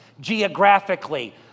geographically